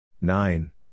Nine